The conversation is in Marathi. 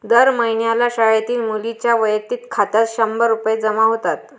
दर महिन्याला शाळेतील मुलींच्या वैयक्तिक खात्यात शंभर रुपये जमा होतात